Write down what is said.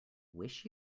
wish